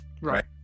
Right